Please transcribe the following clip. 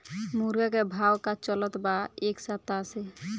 मुर्गा के भाव का चलत बा एक सप्ताह से?